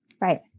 Right